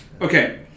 Okay